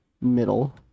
middle